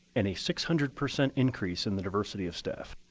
and a six hundred percent increase in the diversity of staff.